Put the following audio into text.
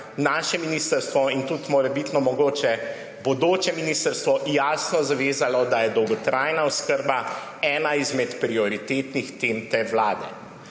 naše ministrstvo in tudi mogoče morebitno bodoče ministrstvo jasno zavezalo, da je dolgotrajna oskrba ena izmed prioritetnih tem te vlade.